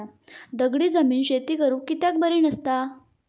दगडी जमीन शेती करुक कित्याक बरी नसता?